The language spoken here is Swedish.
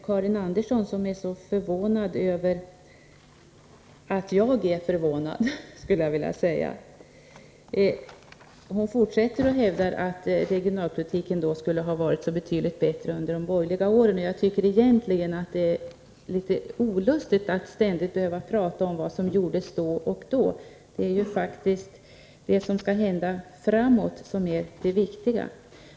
Karin Andersson fortsätter att hävda att regionalpolitiken skulle ha varit betydligt bättre under de borgerliga åren. Jag tycker egentligen det är litet olustigt att ständigt behöva prata om vad som har gjorts då och då — det är ju det som skall hända framöver som är det viktiga.